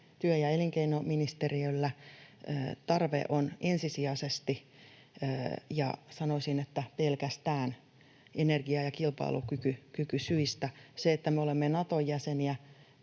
työ- ja elinkeinoministeriöllä. Tarve johtuu ensisijaisesti — ja sanoisin, että pelkästään — energia- ja kilpailukykysyistä. Se, että me olemme Naton jäseniä